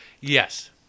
Yes